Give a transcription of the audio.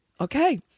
Okay